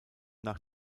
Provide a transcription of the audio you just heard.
nach